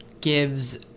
gives